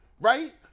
right